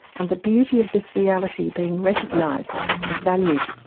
and the beauty of this reality being recognised and valued.